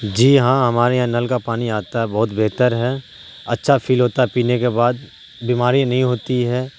جی ہاں ہمارے یہاں نل کا پانی آتا ہے بہت بہتر ہے اچھا فیل ہوتا ہے پینے کے بعد بیماری نہیں ہوتی ہے